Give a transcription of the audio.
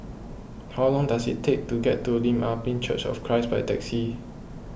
how long does it take to get to Lim Ah Pin Church of Christ by taxi